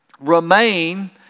remain